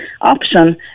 option